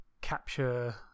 capture